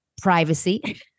privacy